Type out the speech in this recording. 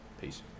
Peace